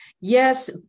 Yes